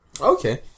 Okay